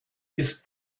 his